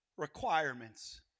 requirements